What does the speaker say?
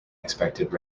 expected